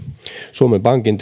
suomen pankin